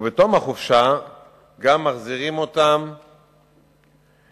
ובתום החופשה גם מחזירים אותם לפנימיות.